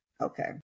Okay